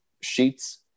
sheets